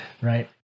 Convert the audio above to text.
Right